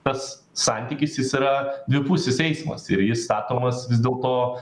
tas santykis jis yra dvipusis eismas ir jis statomas vis dėl to